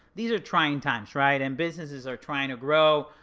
these are trying times, right? and businesses are trying to grow.